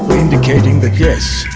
indicating that, yes,